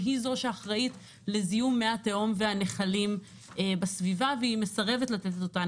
שהיא זו שאחראית לזיהום מי התהום והנחלים בסביבה והיא מסרבת לתת אותן